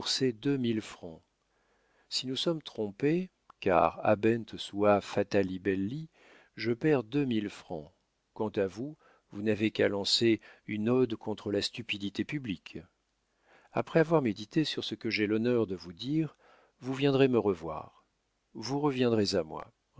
deux mille francs si nous sommes trompés car habent sua fata libelli je perds deux mille francs quant à vous vous n'avez qu'à lancer une ode contre la stupidité publique après avoir médité sur ce que j'ai l'honneur de vous dire vous viendrez me revoir vous reviendrez à moi